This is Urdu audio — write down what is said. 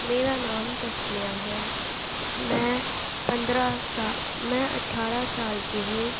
میرا نام تسمیہ ہے میں پندرہ سا میں اٹھارہ سال کی ہوں